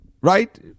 right